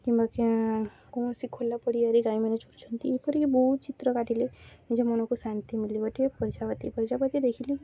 କିମ୍ବା କୌଣସି ଖୋଲା ପଡ଼ିଆରେ ଗାଈମାନେ ଚରୁଛନ୍ତି ଏପରିକି ବହୁତ ଚିତ୍ର କାଟିଲେ ନିଜେ ମନକୁ ଶାନ୍ତି ମିଲିବ ଗୋଟେ ପ୍ରଜାପକି ପ୍ରଜାପତି ଦେଖିଲେ